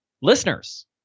listeners